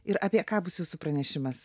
ir apie ką bus jūsų pranešimas